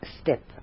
step